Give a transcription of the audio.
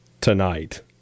tonight